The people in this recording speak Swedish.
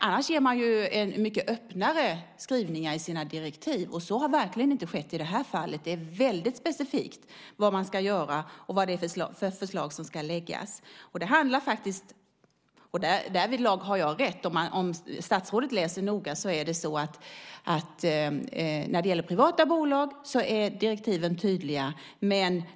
Annars har man mycket öppnare skrivningar i sina direktiv, och så har verkligen inte skett i det här fallet. Det är väldigt specifikt vad man ska göra och vad det är för förslag som ska läggas fram. Därvidlag har jag rätt. Om statsrådet läser noga är det så att när det gäller privata bolag är direktiven tydliga.